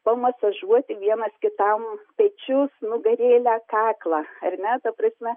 pamasažuoti vienas kitam pečius nugarėlę kaklą ar ne ta prasme